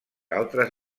altres